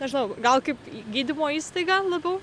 nežinau gal kaip gydymo įstaiga labiau